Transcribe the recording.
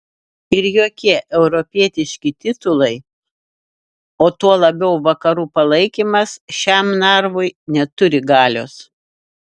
ir jokie europietiški titulai o tuo labiau vakarų palaikymas šiam narvui neturi galios